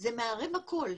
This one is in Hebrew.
זה מערב הכול.